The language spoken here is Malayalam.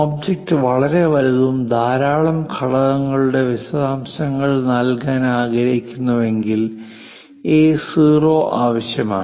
ഒബ്ജക്റ്റ് വളരെ വലുതും ധാരാളം ഘടകങ്ങളുടെ വിശദാംശങ്ങൾ നൽകാൻ ആഗ്രഹിക്കുന്നുവെങ്കിൽ എ0 ആവശ്യമാണ്